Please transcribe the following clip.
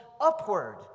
upward